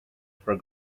for